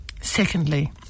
Secondly